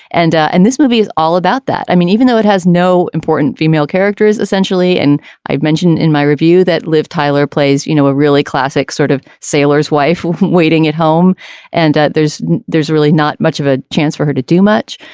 and and this movie is all about that. i mean even though it has no important female characters essentially and i've mentioned in my review that liv tyler plays you know a really classic sort of sailor's wife waiting at home and there's there's really not much of a chance for her to do much.